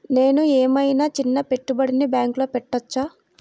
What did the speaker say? నేను ఏమయినా చిన్న పెట్టుబడిని బ్యాంక్లో పెట్టచ్చా?